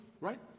right